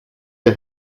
der